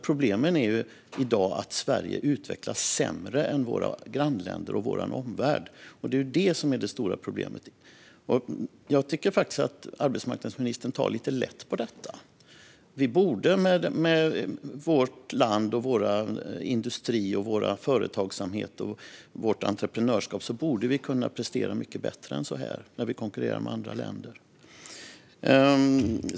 Problemet i dag är att Sverige utvecklas sämre än våra grannländer och vår omvärld. Det är det som är det stora problemet. Jag tycker faktiskt att arbetsmarknadsministern tar lite lätt på detta. Vi borde med våra industrier, vår företagsamhet och vårt entreprenörskap kunna prestera mycket bättre än så här när vi konkurrerar med andra länder.